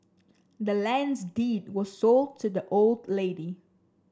the land's deed was sold to the old lady